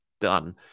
done